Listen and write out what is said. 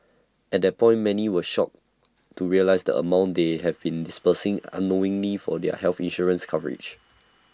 at that point many were shocked to realise the amount they have been disbursing unknowingly for their health insurance coverage